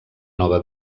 nova